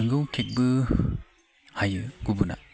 नंगौ केकबो हायो गुबुना